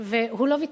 והוא לא ויתר,